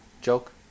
Joke